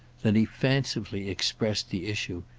then he fancifully expressed the issue.